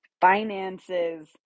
finances